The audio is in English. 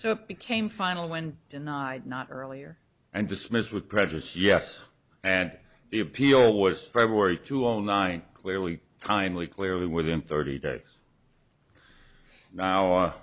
it became final when denied not earlier and dismissed with prejudice yes and the appeal was february to zero nine clearly timely clearly within thirty days now